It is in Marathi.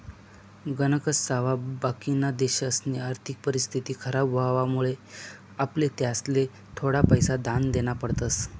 गणकच सावा बाकिना देशसनी आर्थिक परिस्थिती खराब व्हवामुळे आपले त्यासले थोडा पैसा दान देना पडतस